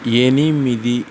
ఎనిమిది